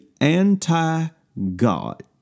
anti-God